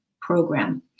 program